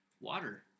water